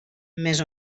més